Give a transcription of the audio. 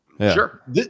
Sure